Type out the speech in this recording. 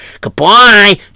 Goodbye